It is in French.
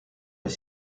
est